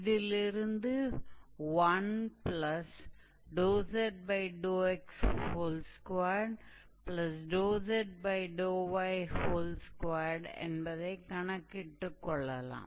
இதிலிருந்து 1zx2zy2என்பதைக் கணக்கிட்டுக் கொள்ளலாம்